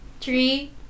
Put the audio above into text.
Three